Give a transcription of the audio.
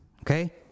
okay